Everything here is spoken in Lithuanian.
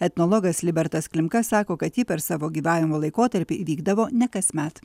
etnologas libertas klimka sako kad ji per savo gyvavimo laikotarpį vykdavo ne kasmet